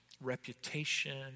reputation